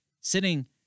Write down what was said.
sitting